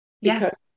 yes